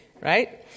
right